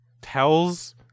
tells